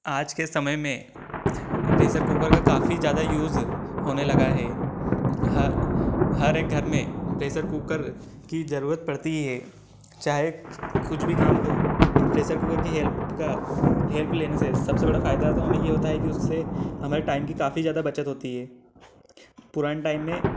आज के समय में प्रेसर कुकर का काफ़ी ज़्यादा यूज़ होने लगा है ह हर एक घर में प्रेसर कुकर की ज़रूरत पड़ती ही है चाहे कुछ भी काम हो प्रेसर कुकर की हेल्प का हेल्प लेने से सबसे बड़ा फ़ायदा तो हमें यह होता है कि उससे हमारे टाइम की काफ़ी ज़्यादा बचत होती है पुराने टाइम में